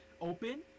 open